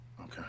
Okay